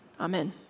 Amen